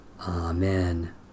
Amen